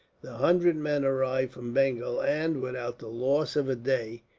the hundred men arrived from bengal, and, without the loss of a day,